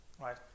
right